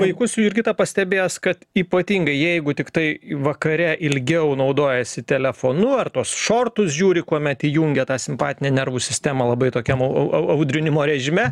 vaikus jurgita pastebėjus kad ypatingai jeigu tiktai vakare ilgiau naudojasi telefonu ar tuos šortus žiūri kuomet įjungia tą simpatinę nervų sistemą labai tokiam au au au audrinimo režime